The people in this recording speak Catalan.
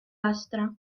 astre